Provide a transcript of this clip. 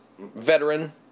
veteran